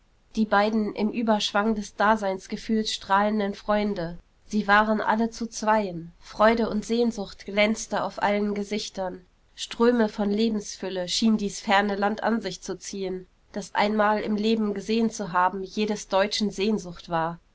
die beiden im überschwang des daseinsgefühls strahlenden freunde sie waren alle zu zweien freude und sehnsucht glänzte auf allen gesichtern ströme von lebensfülle schien dies ferne land an sich zu ziehen das einmal im leben gesehen zu haben jedes deutschen sehnsucht war